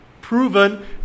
proven